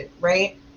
right